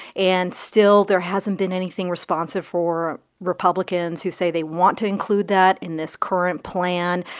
and still, there hasn't been anything responsive for republicans who say they want to include that in this current plan.